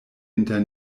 inter